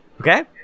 Okay